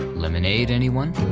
lemonade anyone?